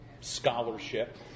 scholarship